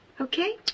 okay